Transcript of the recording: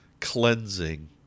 cleansing